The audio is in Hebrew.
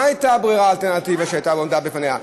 מה הייתה הבררה, האלטרנטיבה שעמדה בפניה?